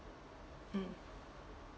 mm